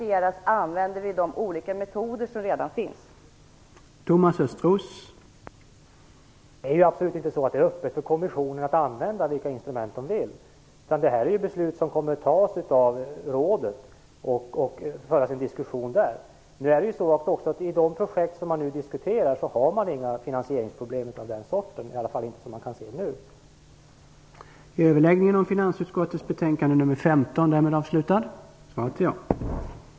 Vi använder de metoder som redan finns till att finansiera projekt.